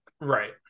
Right